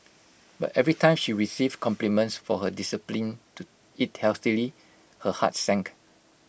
but every time she received compliments for her discipline to eat healthily her heart sank